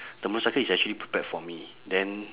the motorcycle is actually prepared for me then